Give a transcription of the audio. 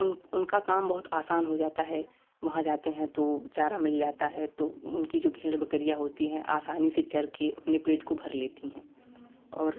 उन उनका काम बहुत आसान हो जाता है वहाँ जाते हैं तो चारा मिल जाता है तो उनकी जो भेड़ बकरियाँ होती हैं आसानी से चर के अपने पेट को भर लेती हैं और